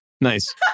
Nice